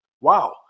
Wow